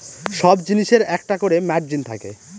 সব জিনিসের একটা করে মার্জিন থাকে